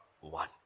one